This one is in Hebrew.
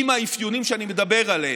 עם האפיונים שאני מדבר עליהם,